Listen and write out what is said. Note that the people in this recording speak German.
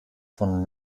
von